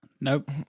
Nope